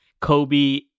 Kobe